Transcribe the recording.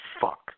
fuck